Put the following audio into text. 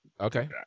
Okay